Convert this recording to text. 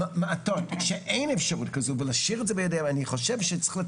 כשדיברו על למידה מרחוק.